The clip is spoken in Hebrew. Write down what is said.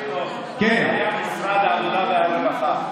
תקשיב טוב, היה משרד העבודה והרווחה.